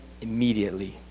immediately